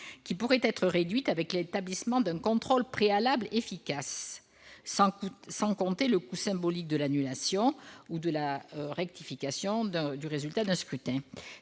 qui pourrait être réduite avec l'établissement d'un contrôle préalable efficace. Sans compter le coût symbolique de l'annulation ou de la rectification du résultat d'un scrutin